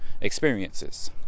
experiences